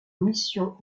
mission